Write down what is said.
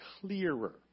clearer